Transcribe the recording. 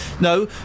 no